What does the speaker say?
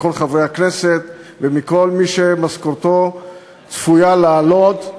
מכל חברי הכנסת ומכל מי שצפויה עלייה במשכורתו,